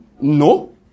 No